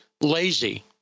lazy